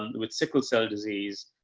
and with sickle cell disease,